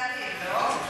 ההנהלה היא גם הבעלים, לא?